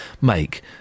make